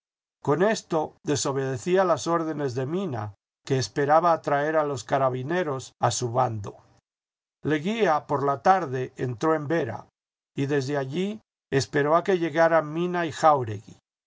con esto desobedecía las órdenes de mina que esperaba atraer a los carabineros a su bando leguía por la tarde entró en vera y desde allí esperó a que llegaran mina y jáuregui